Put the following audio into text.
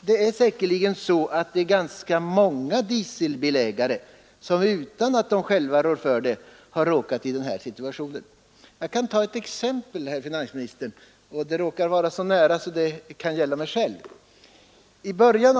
Det är säkert ganska många dieselbilägare som utan att de själva rår för det har råkat i den situation som frågan gäller. Jag kan ta ett exempel, herr finansminister. Det råkar vara så att det gäller mig själv. I början